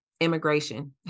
immigration